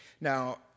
now